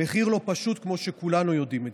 מחיר לא פשוט, כמו שכולנו יודעים.